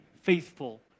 faithful